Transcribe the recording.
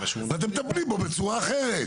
ואתם מטפלים בו בצורה אחרת.